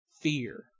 fear